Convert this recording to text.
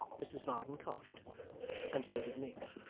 mrs varden coughed and so did miggs.